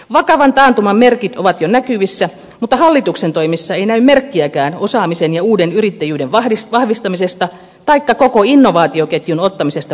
vakavan taantuman merkit ovat jo näkyvissä mutta hallituksen toimissa ei näy merkkiäkään osaamisen ja uuden yrittäjyyden vahvistamisesta taikka koko innovaatioketjun ottamisesta vahvemmin käyttöön